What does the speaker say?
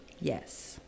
Yes